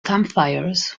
campfires